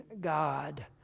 God